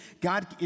God